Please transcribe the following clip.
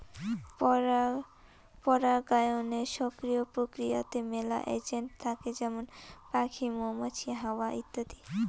পরাগায়নের সক্রিয় প্রক্রিয়াতে মেলা এজেন্ট থাকে যেমন পাখি, মৌমাছি, হাওয়া ইত্যাদি